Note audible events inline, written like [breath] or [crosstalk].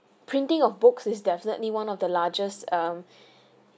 printing of books is definitely one of the largest um [breath]